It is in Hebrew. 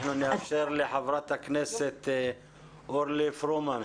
אנחנו נאפשר לחברת הכנסת אורלי פרומן.